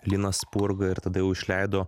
linas spurga ir tada jau išleido